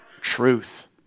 truth